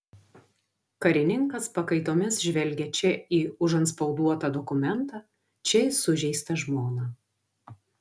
karininkas pakaitomis žvelgė čia į užantspauduotą dokumentą čia į sužeistą žmoną